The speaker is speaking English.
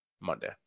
Monday